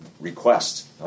Request